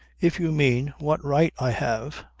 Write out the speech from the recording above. if you mean what right i have.